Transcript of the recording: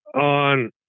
on